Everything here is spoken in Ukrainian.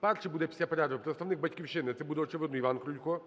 першим буде після перерви представник "Батьківщини" (це буде, очевидно, Іван Крулько),